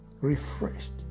refreshed